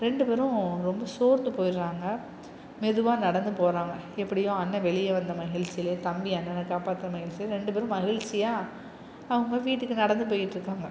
ரெண்டு பேரும் ரொம்ப சோர்ந்து போய்ட்டுறாங்க மெதுவாக நடந்து போகறாங்க எப்படியோ அண்ணன் வெளியில வந்த மகிழ்ச்சியில தம்பி அண்ணனை காப்பாற்றுன மகிழ்ச்சியில ரெண்டு பேரும் மகிழ்ச்சியாக அவங்க வீட்டுக்கு நடந்து போய்கிட்டு இருக்காங்க